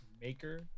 maker